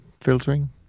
filtering